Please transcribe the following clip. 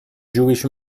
jewish